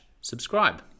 subscribe